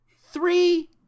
three